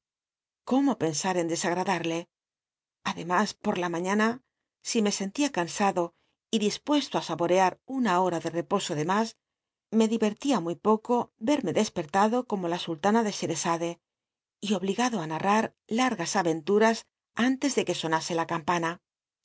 cómo pensar en dcsagradal'le adelllas por la mañana si me sentía cansado y dispuesto ti sa borea una hora de mas me direttia muy poco c mc despertado como la sultana de sede y obligado á narrar largas aventuras antes de c uc sonase la